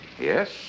Yes